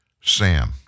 Sam